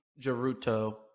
Geruto